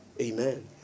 Amen